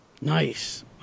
Nice